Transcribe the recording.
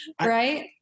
right